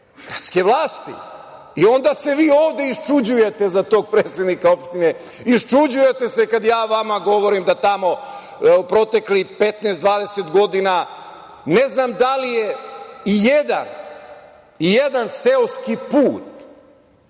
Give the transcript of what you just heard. gradske vlasti. Onda se vi ovde izčuđujete za tog predsednika opštine, izčuđujete se kada vam ja govorim da tamo proteklih 15, 20 godina, ne znam da li je ijedan seoski put,